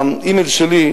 האימייל שלי,